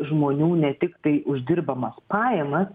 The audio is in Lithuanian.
žmonių ne tiktai uždirbamas pajamas